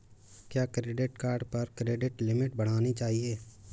क्या credit card पर credit limit बढ़ानी चाहिए?